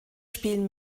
spielen